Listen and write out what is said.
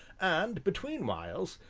and, between whiles,